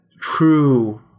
true